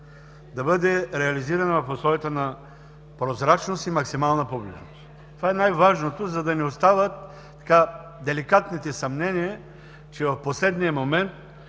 да бъде реализирана в условията на прозрачност и максимална публичност. Това е най-важното, за да не остават деликатните съмнения, че в последния момент,